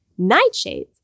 Nightshades